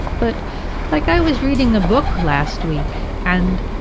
but like i was reading a book last week and